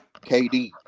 KD